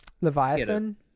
Leviathan